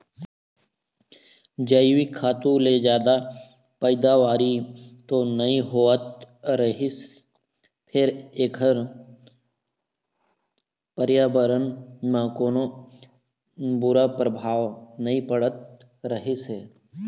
जइविक खातू ले जादा पइदावारी तो नइ होवत रहिस फेर एखर परयाबरन म कोनो बूरा परभाव नइ पड़त रहिस हे